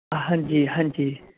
ਹਾਂਜੀ ਹਾਂਜੀ